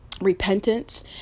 repentance